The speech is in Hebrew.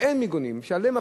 שאין להם מיגונים,